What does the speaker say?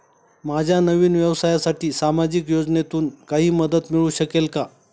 माझ्या नवीन व्यवसायासाठी सामाजिक योजनेतून काही मदत मिळू शकेल का?